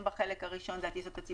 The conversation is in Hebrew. בושה למדינת ישראל, היא לא אישרה אף אחד.